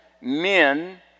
men